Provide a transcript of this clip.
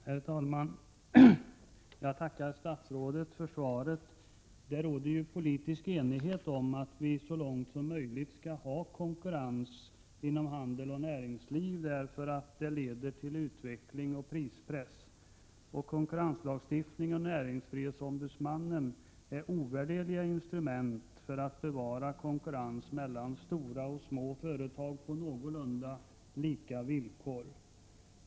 Herr talman! Jag tackar statsrådet för svaret. Det råder ju politisk enighet om att vi så långt som möjligt skall ha konkurrens inom handel och näringsliv, därför att detta leder till utveckling och prispress. Vår konkurrenslagstiftning och näringsfrihetsombudsmannen är ovärderliga instrument för att bevara konkurrens mellan stora och små företag på någorlunda lika villkor.